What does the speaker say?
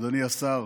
אדוני השר,